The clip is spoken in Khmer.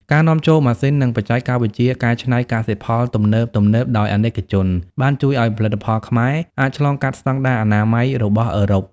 ការនាំចូលម៉ាស៊ីន និងបច្ចេកវិទ្យាកែច្នៃកសិផលទំនើបៗដោយអាណិកជន បានជួយឱ្យផលិតផលខ្មែរអាចឆ្លងកាត់ស្ដង់ដារអនាម័យ របស់អឺរ៉ុប។